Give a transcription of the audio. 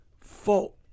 fault